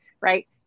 right